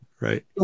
Right